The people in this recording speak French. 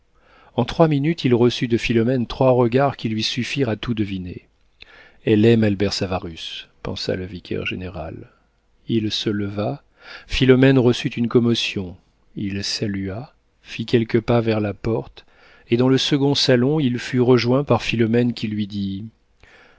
en trois minutes il reçut de philomène trois regards qui lui suffirent à tout deviner elle aime albert savarus pensa le vicaire-général il se leva philomène reçut une commotion il salua fit quelques pas vers la porte et dans le second salon il fut rejoint par philomène qui lui dit